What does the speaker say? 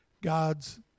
God's